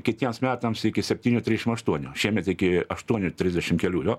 kitiems metams iki septynių trišim aštuonių šiemet iki aštuonių trisdešim kelių jo